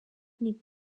nicht